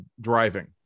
driving